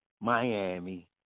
Miami